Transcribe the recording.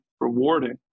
rewarding